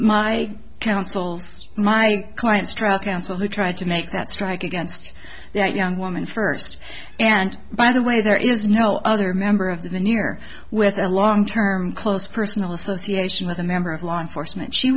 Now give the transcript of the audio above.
my counsel's my client's trial counsel who tried to make that strike against that young woman first and by the way there is no other member of the new year with a long term close personal association with a member of law enforcement she